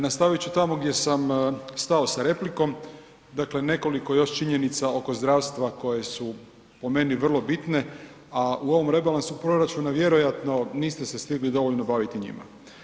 Nastavit ću tamo gdje sam stao sa replikom, dakle nekoliko još činjenica oko zdravstva koje su po meni vrlo bitne a u ovom rebalansu proračuna vjerojatno niste se stigli dovoljno baviti njima.